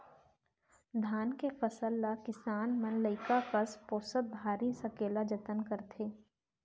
धान के फसल ल किसान मन लइका कस पोसत भारी सकेला जतन करथे